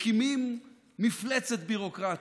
מקימים מפלצת ביורוקרטית.